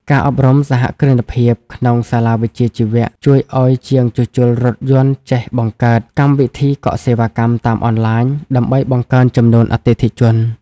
ការអប់រំសហគ្រិនភាពក្នុងសាលាវិជ្ជាជីវៈជួយឱ្យជាងជួសជុលរថយន្តចេះបង្កើត "កម្មវិធីកក់សេវាកម្មតាមអនឡាញ" ដើម្បីបង្កើនចំនួនអតិថិជន។